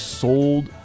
Sold